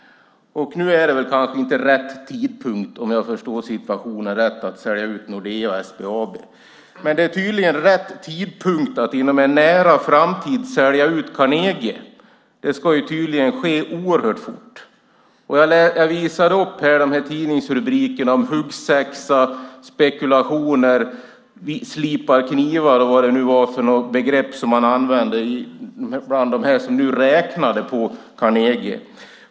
Nu är det kanske inte rätt tidpunkt att sälja ut Nordea och SBAB, om jag förstår situationen rätt. Men det är tydligen rätt tidpunkt att i en nära framtid sälja ut Carnegie. Det ska tydligen ske oerhört fort. Jag visade upp tidningsrubrikerna om huggsexa, spekulationer och om att slipa knivar och andra begrepp som man använde bland dem som räknade på Carnegie.